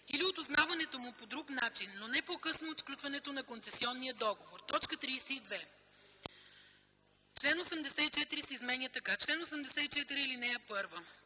или от узнаването му по друг начин, но не по-късно от сключването на концесионния договор.” 32. Член 84 се изменя така: „Чл. 84. (1) Жалбата